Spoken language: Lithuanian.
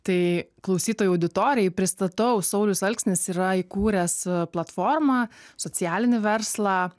tai klausytojų auditorijai pristatau saulius alksnis yra įkūręs platformą socialinį verslą